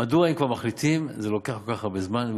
מדוע, אם כבר מחליטים, זה לוקח כל כך הרבה זמן?